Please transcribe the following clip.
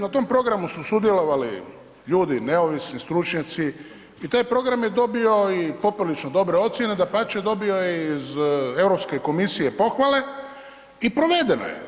Na tom programu su sudjelovali ljudi, neovisni, stručnjaci i taj program je dobio i poprilično dobre ocjene, dapače, dobio je iz Europske komisije pohvale i provedena je.